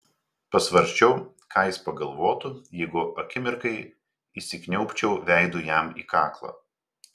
pasvarsčiau ką jis pagalvotų jeigu akimirkai įsikniaubčiau veidu jam į kaklą